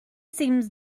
seems